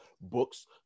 books